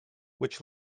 which